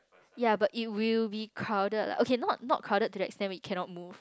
yeah but it will be crowded lah okay not not crowded to the extent we cannot move